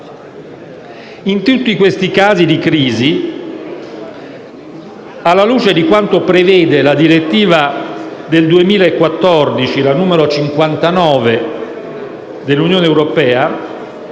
In tutti questi casi di crisi, alla luce di quanto prevede la direttiva n. 59 del 2014 dell'Unione europea,